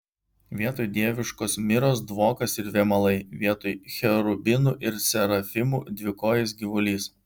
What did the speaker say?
vietoj dieviškos miros dvokas ir vėmalai vietoj cherubinų ir serafimų dvikojis gyvulys